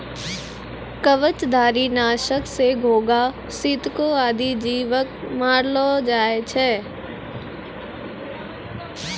कवचधारी? नासक सँ घोघा, सितको आदि जीव क मारलो जाय छै